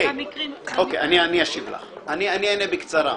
אענה בקצרה.